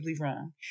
wrong